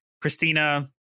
Christina